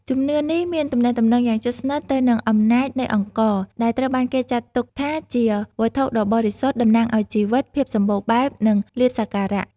ជំនឿនេះមានទំនាក់ទំនងយ៉ាងជិតស្និទ្ធទៅនឹងអំណាចនៃអង្ករ ដែលត្រូវបានគេចាត់ទុកថាជាវត្ថុដ៏បរិសុទ្ធ តំណាងឱ្យជីវិត ភាពសម្បូរបែប និងលាភសក្ការៈ។